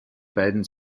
beiden